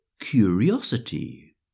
curiosity